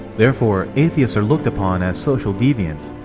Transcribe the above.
therefore, atheist are looked upon as social deviants,